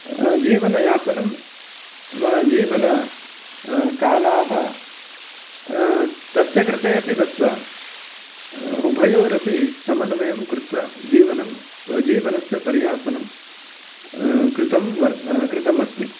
जीवनयापनं जीवन कालाः तस्य कृतेपि दत्वा उभयोरपि समन्वयं कृत्वा जीवनं जीवनस्य परियापनं कृतं वर् कृतम् अस्मि